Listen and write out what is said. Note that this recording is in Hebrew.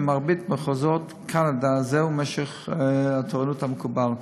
במרבית מחוזות קנדה זהו משך התורנות המקובל.